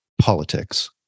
politics